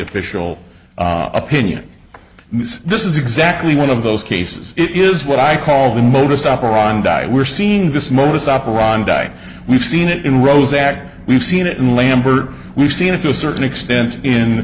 official opinion this is exactly one of those cases it is what i call the modus operandi we're seeing this modus operandi we've seen it in rows act we've seen it in lambert we've seen it to a certain extent in